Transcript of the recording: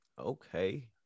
Okay